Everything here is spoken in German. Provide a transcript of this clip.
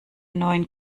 neuen